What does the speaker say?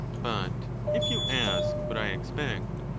but, if you ask what i expect,